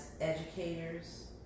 educators